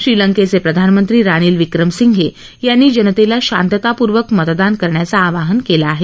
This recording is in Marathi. श्रीलंकेचे प्रधानमंत्री रानिल विक्रमसिंघे यांनी जनतेला शांततापूर्वक मतदान करण्याचं आवाहन केलं आहे